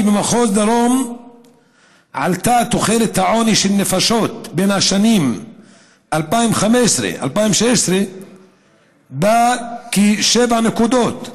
במחוז דרום עלתה תחולת העוני בקרב הנפשות בשנים 2015 2016 בכשבע נקודות,